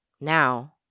Now